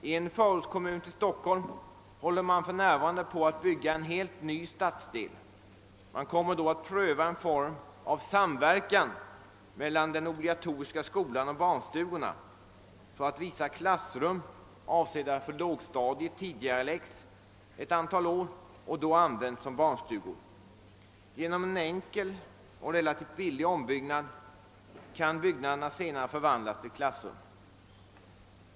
I en förortskommun till Stockholm håller man för närvarande på att bygga en helt ny stadsdel. Man kommer att pröva en form av samverkan mellan den obligatoriska skolan och barnstugorna, så att vissa klassrum avsedda för lågstadiet tidigareläggs ett antal år och då används som barnstugor. Genom en enkel och relativt billig ombyggnad kan lokalerna senare förvandlas till klassrum.